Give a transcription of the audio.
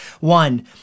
One